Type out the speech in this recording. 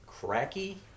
Cracky